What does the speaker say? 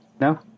no